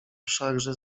wszakże